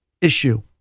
issue